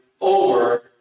over